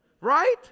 Right